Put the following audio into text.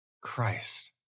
Christ